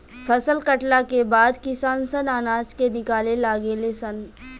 फसल कटला के बाद किसान सन अनाज के निकाले लागे ले सन